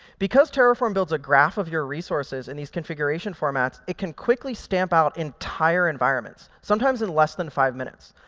because terraform builds a graph of your resources in these configuration formats, it can quickly stamp out entire environments, sometimes in less than five minutes.